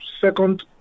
second